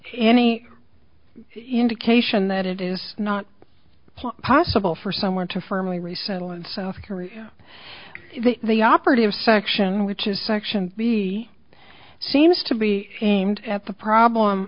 ny indication that it is not possible for someone to firmly resettle in south korea the operative section which is section b seems to be aimed at the problem